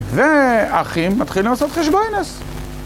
והאחים, מתחילים לעשות חשבויינס.